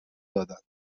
دادند